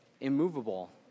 immovable